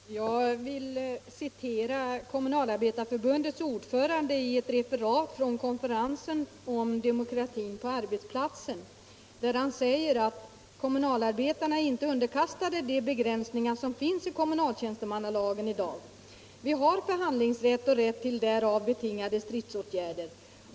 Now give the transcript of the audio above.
Herr talman! Jag vill citera vad Kommunalarbetareförbundets ordförande uttalat enligt ett referat från konferensen om demokratin på ar betsplatsen. Han säger där: ”Kommunalarbetarna är inte underkastade de begränsningar som finns i kommunaltjänstemannalagen i dag. Vi har förhandlingsrätt och rätt till därav betingade stridsåtgärder.